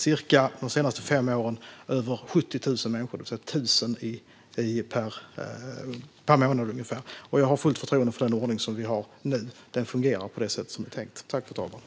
Under de senaste fem åren handlar det om över 70 000 människor, det vill säga ungefär 1 000 per månad. Jag har fullt förtroende för den ordning som vi har nu. Den fungerar på det sätt som är tänkt.